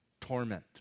torment